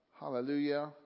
hallelujah